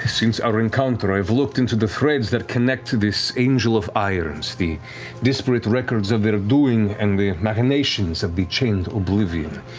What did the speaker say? since our encounter, i've looked into the threads that connect to this angel of irons, the disparate records of their doing and the machinations of the chained oblivion.